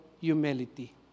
humility